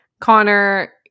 Connor